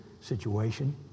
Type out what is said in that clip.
situation